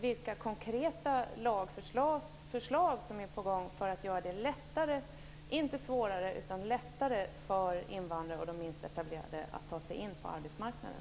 Vilka konkreta lagförslag är på gång för att göra det lättare, inte svårare, för invandrare och de minst etablerade att ta sig in på arbetsmarknaden?